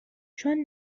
چون